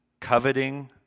coveting